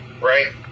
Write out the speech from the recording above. Right